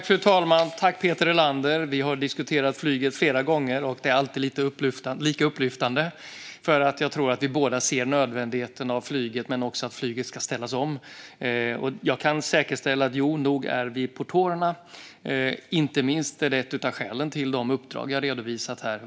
Fru talman! Tack, Peter Helander! Vi har diskuterat flyget flera gånger, och det är alltid lika upplyftande. Jag tror att vi båda ser nödvändigheten av flyget men också av att flyget ska ställas om. Jag kan försäkra: Nog är vi på tårna. Inte minst är detta ett av skälen till de uppdrag jag har redovisat här.